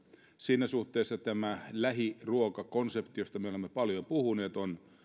siinä suhteessa tämä lähiruokakonsepti josta me olemme paljon puhuneet